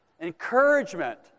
Encouragement